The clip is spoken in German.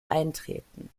eintreten